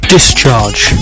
Discharge